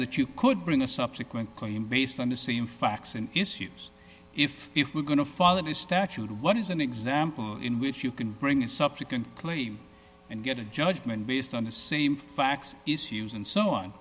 that you could bring a subsequent claim based on the same facts and issues if you were going to follow the statute or what is an example in which you can bring a subsequent claim and get a judgment based on the same facts issues and so on